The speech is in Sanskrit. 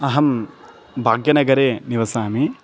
अहं भाग्यनगरे निवसामि